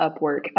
Upwork